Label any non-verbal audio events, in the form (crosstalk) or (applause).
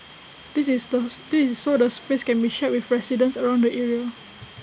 this is those this is so (noise) the space can be shared with residents around the area